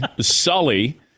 Sully